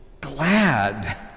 glad